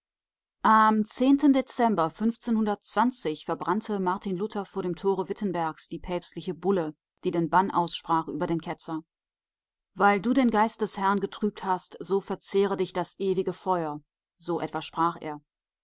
am dezember verbrannte martin luther vor dem tore wittenbergs die päpstliche bulle die den bann aussprach über den ketzer weil du den geist des herrn getrübt hast so verzehre dich das ewige feuer so etwa sprach er